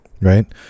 right